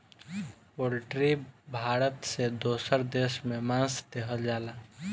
poultry Bharat से दोसर देश में मांस देहल जाला